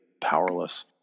powerless